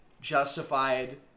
justified